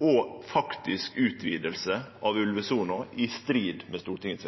og faktisk utviding av ulvesona, i strid med Stortingets